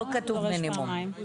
לא כתוב מינימום.